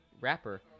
rapper